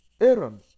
Aaron